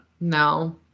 No